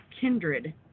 Kindred